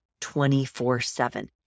24-7